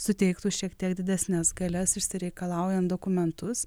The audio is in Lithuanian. suteiktų šiek tiek didesnes galias išsireikalaujant dokumentus